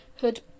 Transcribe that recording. hood